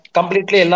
Completely